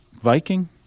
Viking